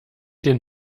den